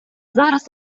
зараз